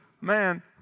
man